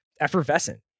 effervescent